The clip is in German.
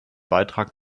beitrag